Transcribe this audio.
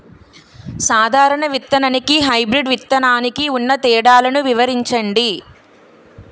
సాధారణ విత్తననికి, హైబ్రిడ్ విత్తనానికి ఉన్న తేడాలను వివరించండి?